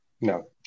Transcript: No